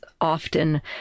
often